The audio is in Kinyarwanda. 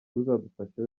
uzadufasha